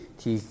thì